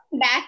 back